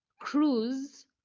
cruise